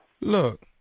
Look